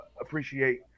appreciate